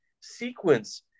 sequence